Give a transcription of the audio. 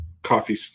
coffee